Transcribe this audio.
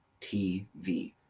TV